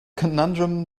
conundrum